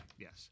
Yes